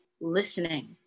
listening